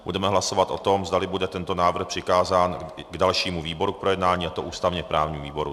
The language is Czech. Budeme hlasovat o tom, zdali bude tento návrh přikázán dalšímu výboru k projednání, a to ústavněprávnímu výboru.